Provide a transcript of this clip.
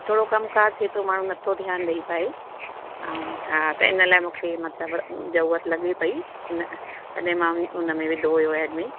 थोरो कमु कारु थिए थो माण्हू नथो ध्यानु ॾई पाए ऐं हा त इन लाइ मूंखे मतिलबु ज़रूरत लॻे पई हिन तॾहिं मां हुन में विधो हुयो एड में